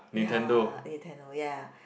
ya Nintendo ya